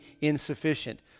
insufficient